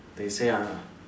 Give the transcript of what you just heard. they say I